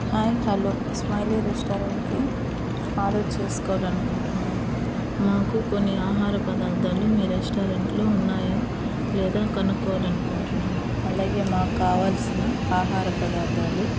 hi hello smiley రెస్టారెంట్కి order చేసుకోవాలి అనుకుంటున్నాను మాకు కొన్ని ఆహార పదార్థాలు మీ రెస్టారెంట్లో ఉన్నాయా లేదా కనుక్కోవాలి అనుకుంటున్నాను అలాగే మాకు కావాల్సిన ఆహార పదార్థాలు